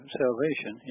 salvation